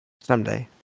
Someday